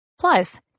Plus